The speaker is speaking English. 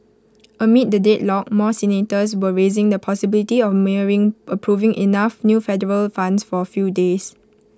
amid the deadlock more senators were raising the possibility of merely approving enough new Federal Funds for A few days